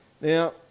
Now